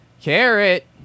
carrot